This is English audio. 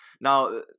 Now